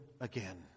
again